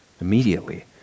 Immediately